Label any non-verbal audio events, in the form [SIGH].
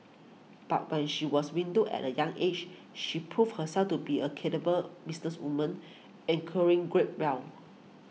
but when she was widowed at a young aged she proved herself to be a [UNINTELLIGIBLE] businesswoman acquiring great well